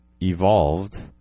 Evolved